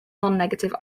nonnegative